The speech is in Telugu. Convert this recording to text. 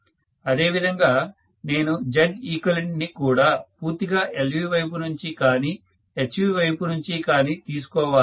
అదే విధంగా నేను Zeqని కూడా పూర్తిగా LV వైపు నుంచి కానీ HV వైపు నుంచి తీసుకోవాలి